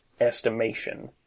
estimation